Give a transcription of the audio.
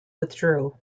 withdrew